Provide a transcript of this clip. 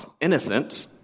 innocent